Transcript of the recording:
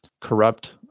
corrupt